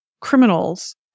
criminals